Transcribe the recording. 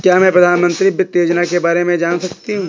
क्या मैं प्रधानमंत्री वित्त योजना के बारे में जान सकती हूँ?